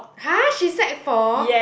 !huh! she sec four